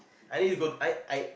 I need to go I I